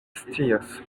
scias